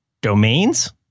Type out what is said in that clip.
Domains